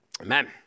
amen